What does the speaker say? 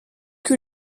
que